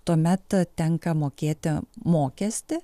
tuomet tenka mokėti mokestį